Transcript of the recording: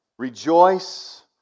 Rejoice